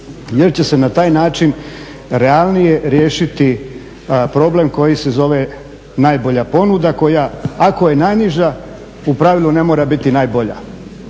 jer će se ne taj način realnije riješiti problem koji se zove najbolja ponuda koja ako je najniža u pravilu ne mora biti najbolja.